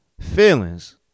feelings